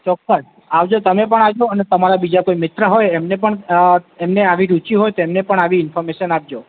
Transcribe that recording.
ચોક્કસ આવજો તમે પણ આવજો અને તમારા બીજા કોઈ મિત્ર હોય એમને પણ અઅ એમને આવી રૂચી હોય તો એમને પણ આવી ઇન્ફોર્મેશન આપજો